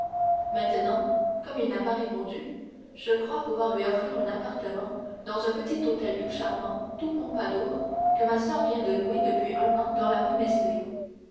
maintenant comme il n'a pas répondu je crois pouvoir lui offrir un appartement dans un petit hôtel tout charmant tout pompadour que ma soeur vient de louer depuis un an dans la rue